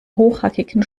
hochhackigen